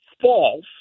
false